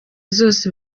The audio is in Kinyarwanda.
zose